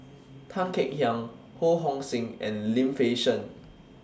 Tan Kek Hiang Ho Hong Sing and Lim Fei Shen